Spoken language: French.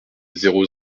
zéro